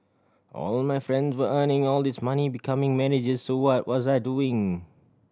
all my friends were earning all this money becoming manager so what was I doing